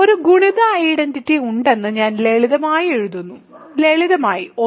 ഒരു ഗുണിത ഐഡന്റിറ്റി ഉണ്ടെന്ന് ഞാൻ ലളിതമായി എഴുതുന്നു ലളിതമായി 1